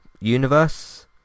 universe